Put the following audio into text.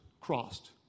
crossed